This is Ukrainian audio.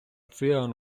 циган